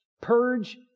purge